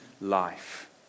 life